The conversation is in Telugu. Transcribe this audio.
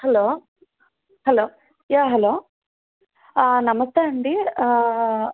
హలో హలో యా హలో నమస్తే అండి